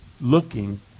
looking